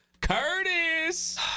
Curtis